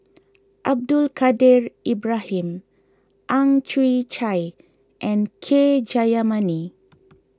Abdul Kadir Ibrahim Ang Chwee Chai and K Jayamani